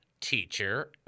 teacher